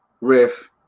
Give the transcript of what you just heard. Riff